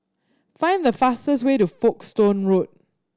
find the fastest way to Folkestone Road